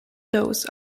those